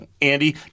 Andy